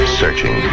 searching